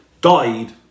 died